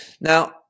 Now